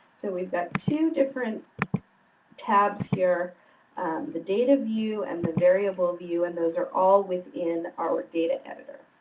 so, we've got two different tabs here the data view and the variable view and those are all within our data editor.